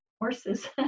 horses